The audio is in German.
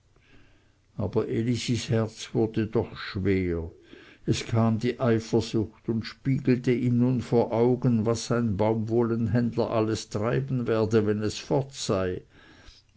aber elisis herz wurde doch schwer es kam die eifersucht und spiegelte ihm nun vor augen was sein baumwollenhändler alles treiben werde wenn es fort sei